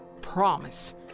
promise